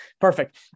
perfect